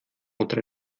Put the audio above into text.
unter